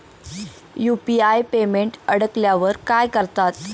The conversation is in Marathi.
यु.पी.आय पेमेंट अडकल्यावर काय करतात?